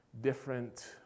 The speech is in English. different